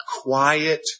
quiet